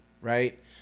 right